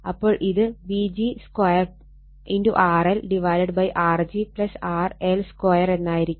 അപ്പോൾ ഇത് Vg 2 RL R g RL2എന്നായിരിക്കും